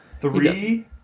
Three